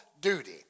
duty